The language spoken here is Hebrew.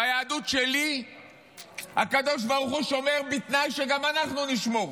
ביהדות שלי הקדוש ברוך הוא שומר בתנאי שגם אנחנו נשמור,